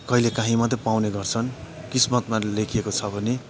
कहिले काहीँ मात्रै पाउने गर्छन् किस्मतमा लेखिएको छ भने